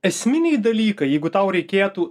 esminiai dalykai jeigu tau reikėtų